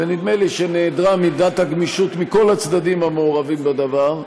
ונדמה לי שנעדרה מידת הגמישות מכל הצדדים המעורבים בדבר.